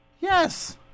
Yes